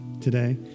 today